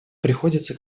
приходится